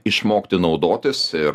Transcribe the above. išmokti naudotis ir